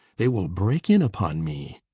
they will break in upon me!